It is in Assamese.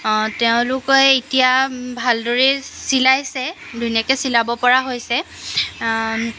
তেওঁলোকে এতিয়া ভালদৰেই চিলাইছে ধুনীয়াকৈ চিলাব পৰা হৈছে